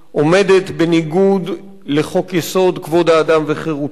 עומדת בניגוד לחוק-יסוד: כבוד האדם וחירותו